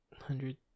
hundred